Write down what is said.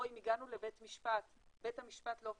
אם הגענו לבית משפט ובית המשפט לא פסק,